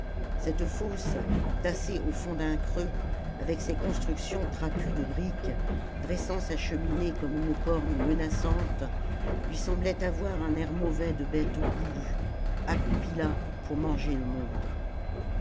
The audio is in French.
cette fosse tassée au fond d'un creux avec ses constructions trapues de briques dressant sa cheminée comme une corne menaçante lui semblait avoir un air mauvais de bête goulue accroupie là pour manger le monde